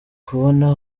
kubona